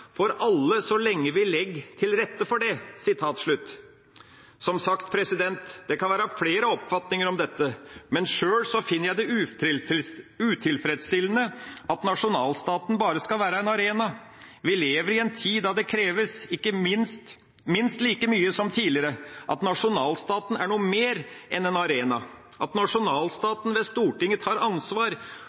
for alle så lenge vi legg til rette for det.» Som sagt, det kan være flere oppfatninger om dette, men sjøl finner jeg det utilfredsstillende at nasjonalstaten bare skal være en arena. Vi lever i en tid da det kreves minst like mye som tidligere at nasjonalstaten er noe mer enn en arena, at nasjonalstaten, ved Stortinget, tar ansvar,